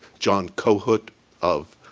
john kohut of